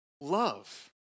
love